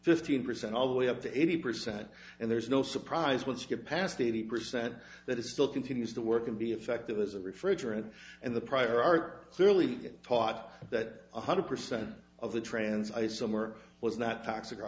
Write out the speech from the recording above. fifteen percent all the way up to eighty percent and there's no surprise once you get past eighty percent that it still continues to work and be effective as a refrigerant and the prior art clearly thought that one hundred percent of the trans isomer was not toxic